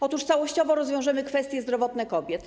Otóż całościowo rozwiążemy kwestie zdrowotne kobiet.